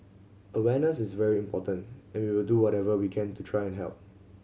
awareness is very important and we will do whatever we can to try and help